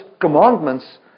commandments